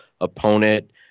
opponent